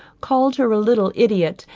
called her a little idiot,